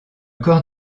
corps